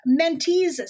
mentees